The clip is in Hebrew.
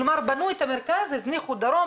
כלומר בנו את המרכז והזניחו דרום,